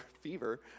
fever